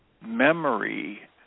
memory